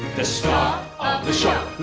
the star of the show!